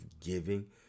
giving